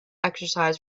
exercise